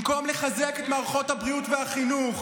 במקום לחזק את מערכות הבריאות והחינוך,